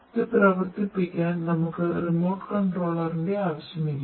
ഇത് പ്രവർത്തിപ്പിക്കാൻ നമുക്ക് റിമോട്ട് കൺട്രോലിന്റെ ആവശ്യമില്ല